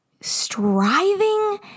striving